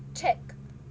cheque